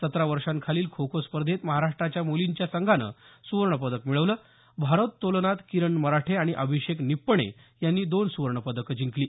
सतरा वर्षांखालील खो खो स्पर्धेत महाराष्ट्राच्या मुलींच्या संघाने सुवर्ण पदक मिळवलं भारोत्तोलनात किरण मराठे आणि अभिषेक निप्पणे यांनी दोन सुवर्ण पदक जिंकली